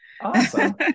Awesome